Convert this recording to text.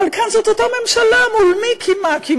אבל כאן זו אותה ממשלה, מול מי קמעה-קמעה?